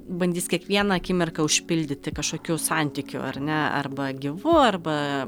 bandys kiekvieną akimirką užpildyti kažkokiu santykiu ar ne arba gyvu arba